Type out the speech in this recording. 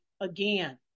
again